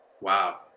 Wow